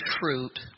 fruit